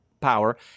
power